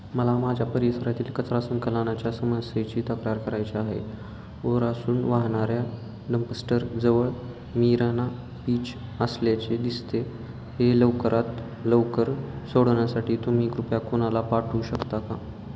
मला माझ्या परिसरातील कचरा संंकलनाच्या समस्येची तक्रार करायची आहे ओरासून वाहणाऱ्या डम्पस्टरजवळ मिराना पीच असल्याचे दिसते हे लवकरात लवकर सोडवण्यासाठी तुम्ही कृपया कोणाला पाठवू शकता का